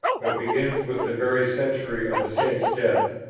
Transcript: but begins with the very century of the saint's death.